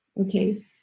okay